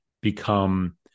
become